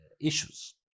issues